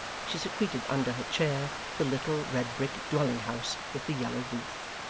she secreted under her chair the little red-brick dwelling-house with the yellow roof,